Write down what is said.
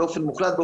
מוחלט,